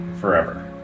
forever